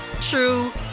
true